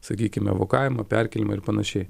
sakykime evakavimą perkėlimą ir panašiai